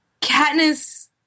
Katniss